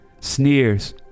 sneers